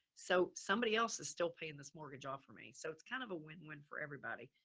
so somebody else is still paying this mortgage off for me. so it's kind of a win win for everybody.